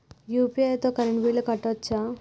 UPI తోని current bill కట్టుకోవచ్ఛా?